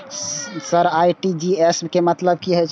Sir RTGS के मतलब की हे छे?